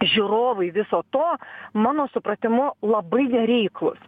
žiūrovai viso to mano supratimu labai nereiklūs